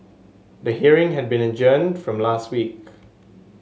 the hearing had been adjourned from last week